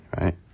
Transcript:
right